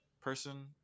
person